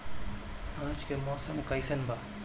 आज के मौसम कइसन बा?